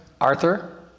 Arthur